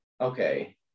okay